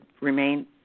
remain